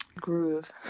Groove